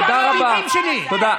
תודה רבה.